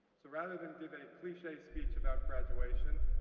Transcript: so rather than give a cliche speech about graduation,